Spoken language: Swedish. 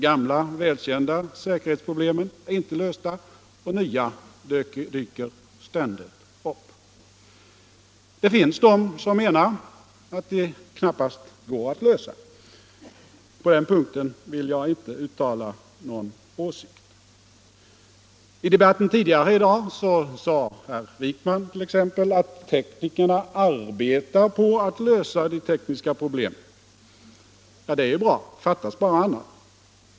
Gamla välkända säkerhetsproblem är inte lösta och nya dyker ständigt upp. Det finns de som menar att de knappast går att lösa. På den punkten vill jag inte uttala någon åsikt. I debatten tidigare i dag sade t.ex. herr Wijkman att teknikerna arbetar på att lösa problemen. Fattas bara annat!